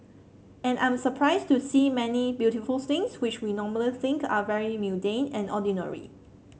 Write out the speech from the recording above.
and I'm surprised to see many beautiful things which we normally think are very mundane and ordinary